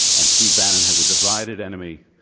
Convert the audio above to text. and steve bannon has a divided enemy,